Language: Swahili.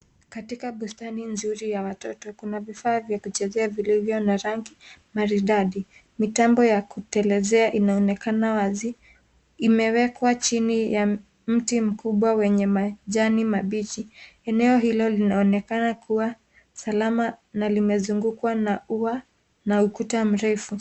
Katika bustani nzuri ya watoto kuna vifaa vya kuchezea vilivyo na rangi maridadi, mitambo ya kutelezea inaonekana wazi, imewekwa chini ya mti mkubwa wenye majani mabichi, eneo hilo linaonekana kuwa salama na limezungukwa na ua na ukuta mrefu.